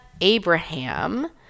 Abraham